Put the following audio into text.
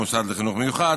מוסד לחינוך מיוחד,